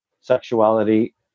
sexuality